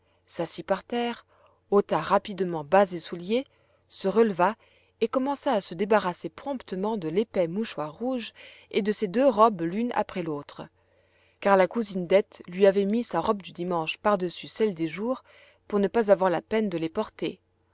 s'assit par terre ôta rapidement bas et souliers se releva et commença à se débarrasser promptement de l'épais mouchoir rouge et de ses deux robes l'une après l'autre car la cousine dete lui avait mis sa robe du dimanche par dessus celle des jours pour ne pas avoir la peine de les porter